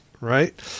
right